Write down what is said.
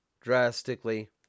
drastically